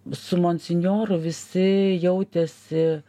su monsinjoru visi jautėsi